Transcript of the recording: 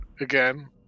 again